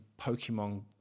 Pokemon